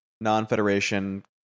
non-Federation